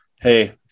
hey